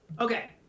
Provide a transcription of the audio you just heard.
Okay